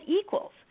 equals